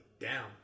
down